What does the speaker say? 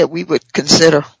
that we would consider